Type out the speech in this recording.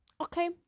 Okay